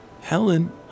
Helen